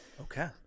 okay